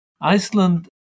Iceland